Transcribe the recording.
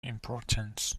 importance